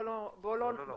לא, לא.